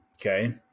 okay